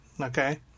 Okay